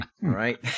right